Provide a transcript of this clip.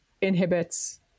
inhibits